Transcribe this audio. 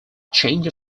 change